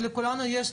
כי לכולנו יש,